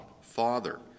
Father